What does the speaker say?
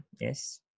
yes